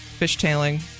fishtailing